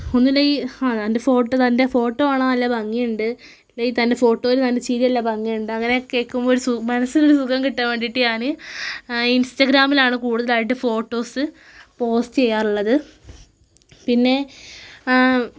ഒന്നുമല്ലെങ്കിൽ ആ തൻ്റെ ഫോട്ടോ തൻ്റെ ഫോട്ടോ കാണാൻ നല്ല ഭംഗിയുണ്ട് അല്ലെങ്കിൽ തൻ്റെ ഫോട്ടോയിൽ തൻ്റെ ചിരി നല്ല ഭംഗിയുണ്ട് അങ്ങനെ കേൾക്കുമ്പോൾ ഒരു സുഖം മനസ്സിന് ഒരു സുഖം കിട്ടാൻ വേണ്ടിയിട്ട് ആണ് ഇൻസ്റ്റാഗ്രാമിലാണ് കൂടുതലായിട്ട് ഫോട്ടോസ് പോസ്റ്റ് ചെയ്യാറുള്ളത് പിന്നെ